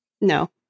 No